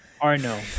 Arno